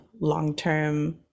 long-term